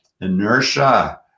inertia